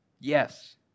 yes